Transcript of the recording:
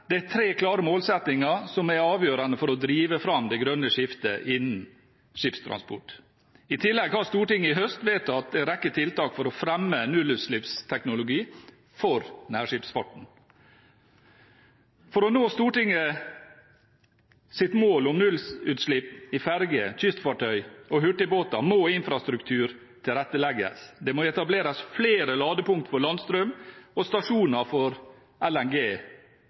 Det er tre klare målsettinger som er avgjørende for å drive fram det grønne skiftet innen skipstransport. I tillegg har Stortinget i høst vedtatt en rekke tiltak for å fremme nullutslippsteknologi for nærskipsfarten. For å nå Stortingets mål om nullutslipp for ferger, kystfartøy og hurtigbåter må infrastrukturen tilrettelegges. Det må etableres flere ladepunkter for landstrøm og stasjoner for LNG